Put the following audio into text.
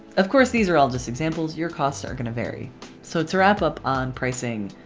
of course these are all just examples. your costs are gonna vary so to wrap up on pricing,